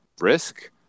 risk